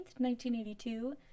1982